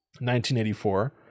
1984